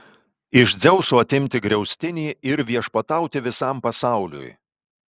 iš dzeuso atimti griaustinį ir viešpatauti visam pasauliui